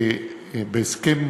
בהסכם